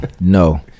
No